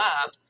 up